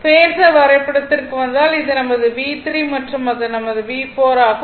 phasor வரைபடத்திற்கு வந்தால் இது நமது V3 மற்றும் இது நமது V4 ஆகும்